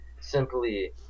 simply